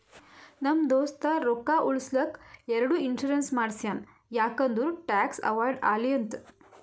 ನಮ್ ದೋಸ್ತ ರೊಕ್ಕಾ ಉಳುಸ್ಲಕ್ ಎರಡು ಇನ್ಸೂರೆನ್ಸ್ ಮಾಡ್ಸ್ಯಾನ್ ಯಾಕ್ ಅಂದುರ್ ಟ್ಯಾಕ್ಸ್ ಅವೈಡ್ ಆಲಿ ಅಂತ್